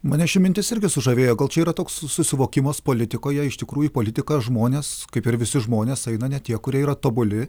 mane ši mintis irgi sužavėjo gal čia yra toks susivokimas politikoje iš tikrųjų politiką žmonės kaip ir visi žmonės eina ne tie kurie yra tobuli